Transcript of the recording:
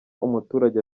umuturage